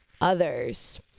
others